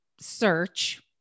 search